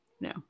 No